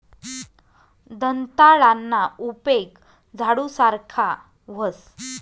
दंताळाना उपेग झाडू सारखा व्हस